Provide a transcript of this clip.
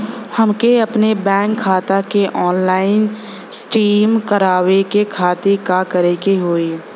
हमके अपने बैंक खाता के ऑनलाइन सिस्टम करवावे के खातिर का करे के होई?